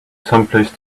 someplace